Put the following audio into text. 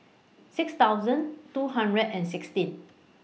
six thousand two hundred and sixteen